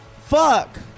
fuck